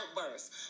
outbursts